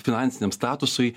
finansiniam statusui